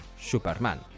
Superman